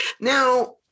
Now